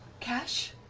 kash?